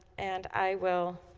and i will